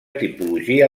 tipologia